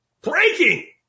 breaking